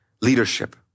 leadership